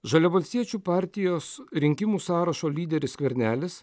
žalia valstiečių partijos rinkimų sąrašo lyderis skvernelis